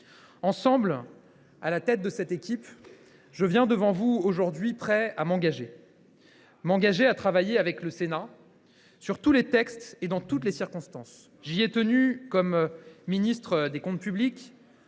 pour lui. À la tête de cette équipe, je viens devant vous, prêt à m’engager. Je m’engage à travailler avec le Sénat, sur tous les textes et dans toutes les circonstances. J’y ai tenu comme ministre des comptes publics,